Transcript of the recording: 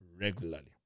regularly